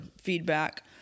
feedback